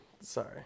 Sorry